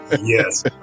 Yes